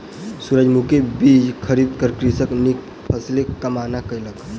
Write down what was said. सूरजमुखी बीज खरीद क कृषक नीक फसिलक कामना कयलक